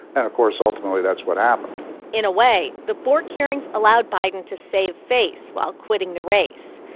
and of course, ultimately, that's what happened in a way, the bork hearings allowed biden to save face while quitting the race.